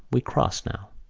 we cross now.